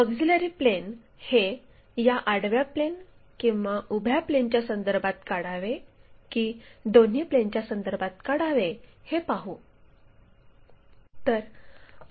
auxiliary plane हे या आडव्या प्लेन किंवा उभ्या प्लेनच्या संदर्भात काढावे किंवा दोन्ही प्लेनच्या संदर्भात काढावे हे पाहू